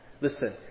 Listen